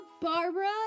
Barbara